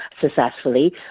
successfully